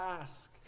ask